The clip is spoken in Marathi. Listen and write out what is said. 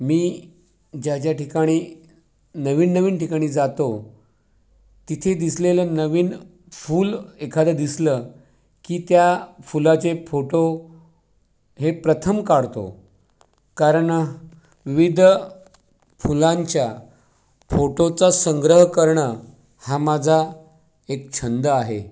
मी ज्या ज्या ठिकाणी नवीन नवीन ठिकाणी जातो तिथे दिसलेलं नवीन फूल एखादं दिसलं की त्या फुलाचे फोटो हे प्रथम काढतो कारण विविध फुलांच्या फोटोचा संग्रह करणं हा माझा एक छंद आहे